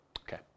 Okay